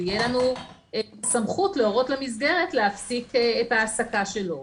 תהיה לנו סמכות להורות למסגרת להפסיק את ההעסקה שלו.